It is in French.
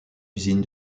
usine